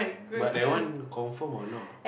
but that one confirm or not